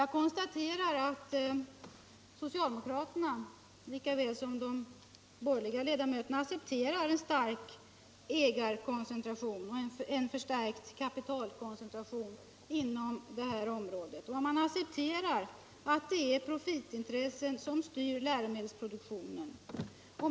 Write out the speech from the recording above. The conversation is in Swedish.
Jag konstaterar att socialdemokraterna lika väl som de borgerliga Iedamöterna accepterar en stark ägarkoncentration och en förstärkt kapitalkoncentration inom det här området. Man accepterar att det är profitintressen som styr läromedelsproduktionen.